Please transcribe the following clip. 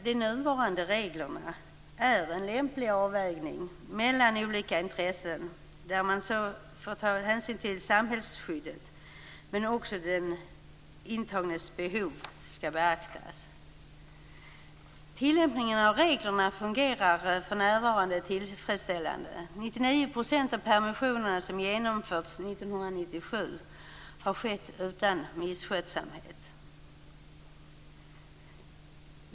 De nuvarande reglerna är en lämplig avvägning mellan olika intressen som tar hänsyn till samhällsskyddet, men också den intagnes behov skall beaktas. Tillämpningen av reglerna fungerar för närvarande tillfredsställande. 99 % av de permissioner som har genomförts under 1997 har skett utan misskötsamhet.